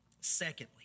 Secondly